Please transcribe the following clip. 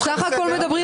לא.